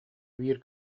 биир